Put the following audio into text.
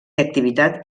activitat